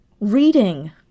Reading